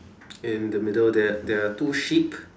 in the middle there there are two sheep